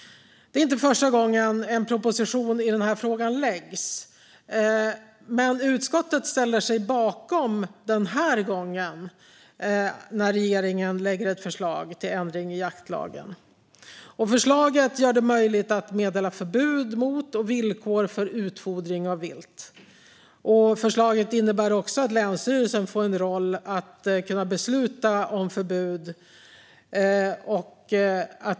Det är inte första gången en proposition i den här frågan läggs fram. Men utskottet ställer sig den här gången bakom regeringens förslag till ändring i jaktlagen. Förslaget gör det möjligt att meddela förbud mot och villkor för utfodring av vilt. Förslaget innebär också att länsstyrelsen får en roll att kunna besluta om förbud.